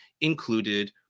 included